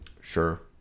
Sure